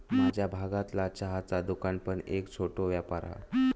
माझ्या भागतला चहाचा दुकान पण एक छोटो व्यापार हा